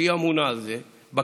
שהיא ממונה על זה בכללי,